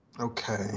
Okay